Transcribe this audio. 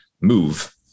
move